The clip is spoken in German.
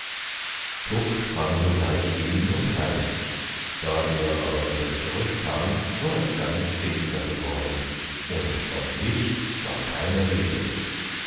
tuk sprang sogleich hin und half da er aber wieder zurückkam war es ganz finster geworden und von licht war keine rede